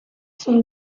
sont